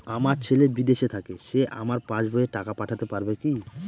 আমার ছেলে বিদেশে থাকে সে আমার পাসবই এ টাকা পাঠাতে পারবে কি?